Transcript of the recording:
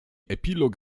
epilog